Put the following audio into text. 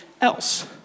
else